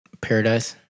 paradise